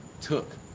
took